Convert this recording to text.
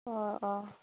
অঁ অঁ